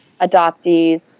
adoptees